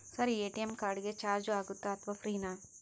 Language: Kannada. ಸರ್ ಎ.ಟಿ.ಎಂ ಕಾರ್ಡ್ ಗೆ ಚಾರ್ಜು ಆಗುತ್ತಾ ಅಥವಾ ಫ್ರೇ ನಾ?